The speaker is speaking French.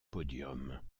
podiums